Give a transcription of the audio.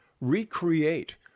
recreate